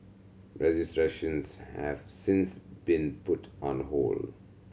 registrations have since been put on hold